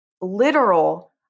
literal